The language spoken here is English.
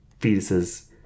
fetuses